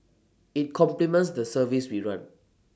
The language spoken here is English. IT complements the service we run